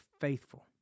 faithful